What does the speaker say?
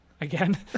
again